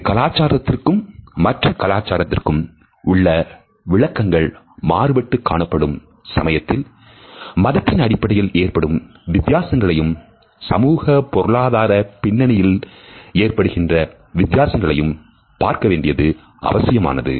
ஒரு கலாச்சாரத்திற்கும் மற்ற கலாச்சாரத்திற்கும் உள்ள விளக்கங்கள் மாறுபட்டு காணப்படும் சமயத்தில்மதத்தின் அடிப்படையில் ஏற்படும் வித்தியாசங்களையும் சமூக பொருளாதார பின்னணியில் ஏற்படுகின்ற வித்தியாசங்களையும் பார்க்க வேண்டியது அவசியமானது